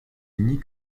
unis